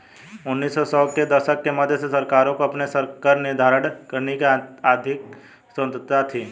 उन्नीस सौ के दशक के मध्य से सरकारों को अपने कर निर्धारित करने की अधिक स्वतंत्रता थी